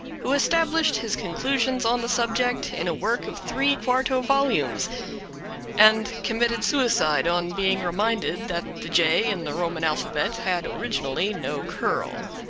who established his conclusions on the subject in a work of three quarto volumes and committed suicide on being reminded that the j in the roman alphabet had originally no curl.